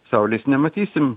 saulės nematysim